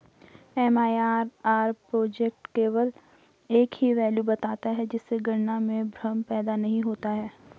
MIRR project केवल एक ही वैल्यू बताता है जिससे गणना में भ्रम पैदा नहीं होता है